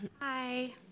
Hi